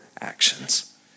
actions